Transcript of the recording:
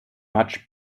much